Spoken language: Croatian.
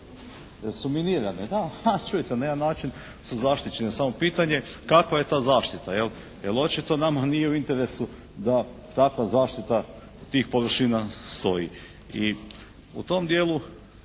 jer su minirane. A čujte, na jedan način su zaštićene. Samo je pitanje kakva je ta zaštita, jel. Jer očito nama nije u interesu da takva zaštita tih površina stoji.